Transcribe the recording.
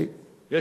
כבודו.